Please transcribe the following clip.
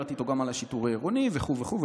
דיברתי איתו גם על השיטור העירוני וכו' וכו',